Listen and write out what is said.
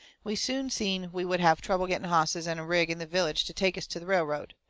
we soon seen we would have trouble getting hosses and a rig in the village to take us to the railroad.